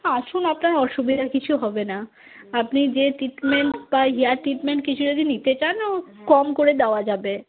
আসুন আপনার অসুবিধা কিছু হবে না আপনি যে ট্রিটমেন্ট বা হেয়ার ট্রিটমেন্ট কিছু যদি নিতে চান ও কম করে দেওয়া যাবে